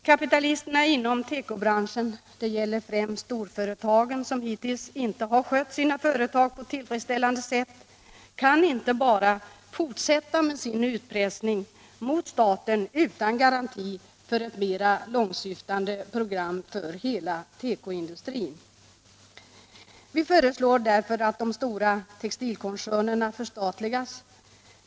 Kapitalisterna inom tekobranschen — det gäller främst storföretagen som hittills inte har skötts på ett tillfredsställande sätt — kan inte bara fortsätta med sin utpressning mot staten utan garanti för ett mera långsyftande program för hela tekoindustrin. Vi föreslår därför att de stora textilkoncernerna förstatligas.